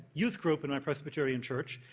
youth group in our presbyterian church.